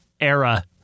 era